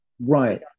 right